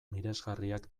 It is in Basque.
miresgarriak